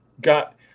got